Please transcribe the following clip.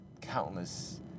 countless